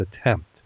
attempt